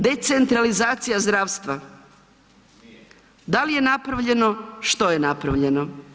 Decentralizacija zdravstva, da li je napravljeno, što je napravljeno?